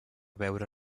veure